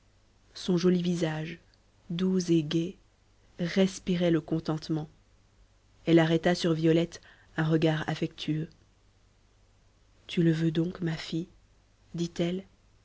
son joli visage doux et gai respirait le contentement elle arrêta sur violette un regard affectueux tu le veux donc ma fille dit-elle